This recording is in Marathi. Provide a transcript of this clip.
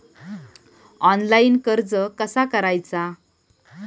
ऑनलाइन कर्ज कसा करायचा?